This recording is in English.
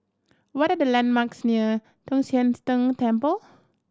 what are the landmarks near Tong Sian Tng Temple